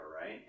right